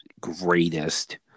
greatest